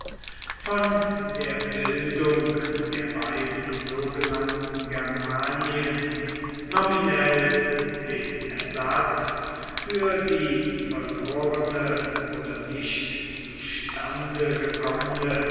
von der bildung der beiden sogenannten germanien nominell dem ersatz für die verlorene oder nicht zustande gekommene